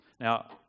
Now